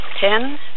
ten